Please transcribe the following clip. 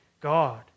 God